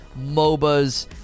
MOBAs